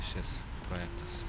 šis projektas